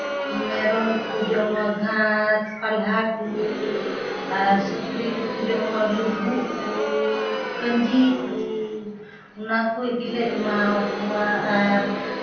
ᱢᱮᱨᱚᱢ ᱫᱚᱠᱚ ᱡᱚᱢᱟ ᱜᱷᱟᱥ ᱯᱟᱞᱦᱟ ᱠᱚ ᱟᱨ ᱥᱩᱠᱨᱤ ᱫᱚᱠᱚ ᱡᱚᱢᱟ ᱞᱚᱵᱳᱜ ᱠᱚ ᱠᱟᱹᱧᱡᱤ ᱠᱚ ᱚᱱᱟ ᱠᱚᱜᱮᱞᱮ ᱮᱢᱟ ᱠᱚᱣᱟ ᱟᱨ